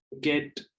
get